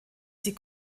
sie